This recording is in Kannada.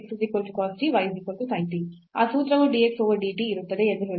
ಆ ಸೂತ್ರವು dx over dt ಇರುತ್ತದೆ ಎಂದು ಹೇಳುತ್ತದೆ